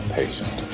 patient